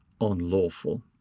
unlawful